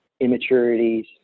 immaturities